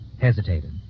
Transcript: hesitated